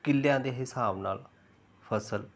ਕਿੱਲਿਆਂ ਦੇ ਹਿਸਾਬ ਨਾਲ ਫਸਲ